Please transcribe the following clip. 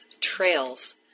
trails